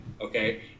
okay